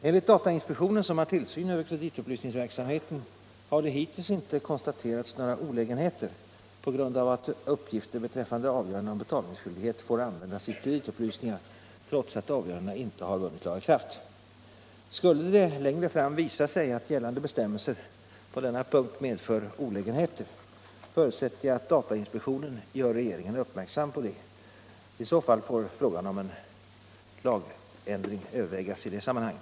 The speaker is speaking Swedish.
Enligt datainspektionen, som har tillsyn över kreditupplysningsverksamheten, har det hittills inte konstaterats några olägenheter på grund av att uppgifter beträffande avgöranden om betalningsskyldighet får användas i kreditupplysningar trots att avgörandena inte har vunnit laga kraft. Skulle det längre fram visa sig att gällande bestämmelser på denna punkt medför olägenheter, förutsätter jag att datainspektionen gör regeringen uppmärksam på det. I så fall får frågan om en lagändring övervägas i det sammanhanget.